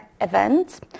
events